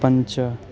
पञ्च